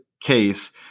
case